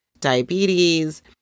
diabetes